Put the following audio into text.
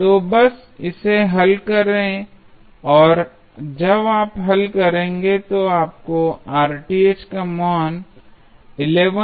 तो बस इसे हल करें और जब आप हल करेंगे तो आपको का मान 1122 ओम मिलेगा